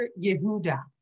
Yehuda